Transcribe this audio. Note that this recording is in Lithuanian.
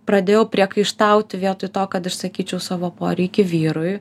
pradėjau priekaištauti vietoj to kad išsakyčiau savo poreikį vyrui